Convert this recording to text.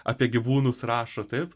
apie gyvūnus rašo taip